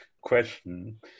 question